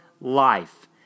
life